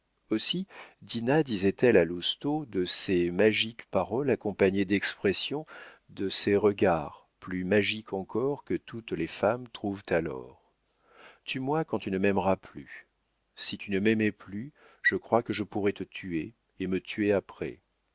aussi dinah disait-elle à lousteau de ces magiques paroles accompagnées d'expressions de ces regards plus magiques encore que toutes les femmes trouvent alors tue-moi quand tu ne m'aimeras plus si tu ne m'aimais plus je crois que je pourrais te tuer et me tuer après